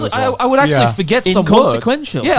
i would actually forget so kind of so yeah